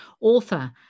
author